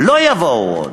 לא יבואו עוד,